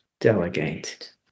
delegate